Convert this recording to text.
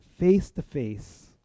face-to-face